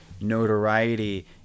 notoriety